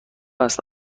است